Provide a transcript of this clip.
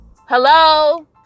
Hello